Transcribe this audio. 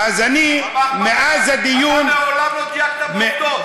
אתה מעולם לא דייקת בעובדות.